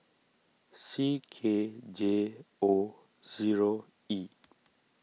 C K J O zero E